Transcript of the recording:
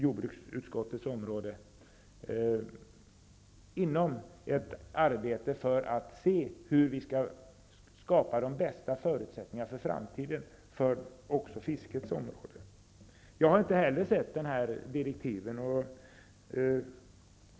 På det sättet bedrivs ett arbete för att se hur vi skall skapa de bästa förutsättningarna för framtiden inom de näringar som ligger inom jordbruksutskottets område, alltså även fiskerinäringen. Inte heller jag har sett direktiven för utredningen.